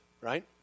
right